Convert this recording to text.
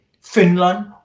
Finland